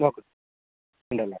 നോക്ക്